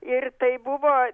ir tai buvo